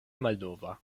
malnova